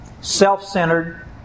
self-centered